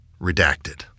redacted